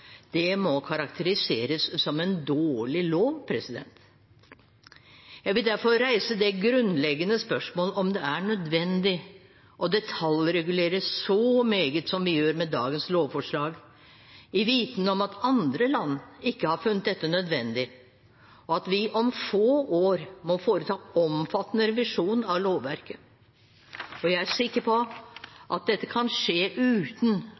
sett må en lov som er utdatert på en rekke områder, slik den nåværende bioteknologiloven er – og var allerede to ganger, med intervaller på ti år – karakteriseres som en dårlig lov. Jeg vil derfor reise det grunnleggende spørsmål om det er nødvendig å detaljregulere så meget som vi gjør med dagens lovforslag, i viten om at andre land ikke har funnet dette nødvendig, og at vi om få